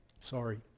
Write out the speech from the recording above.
Sorry